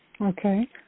Okay